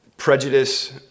Prejudice